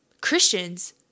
Christians